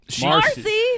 Marcy